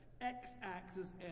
x-axis